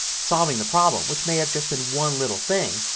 solving the problem which may have just been one little thing.